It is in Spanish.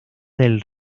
del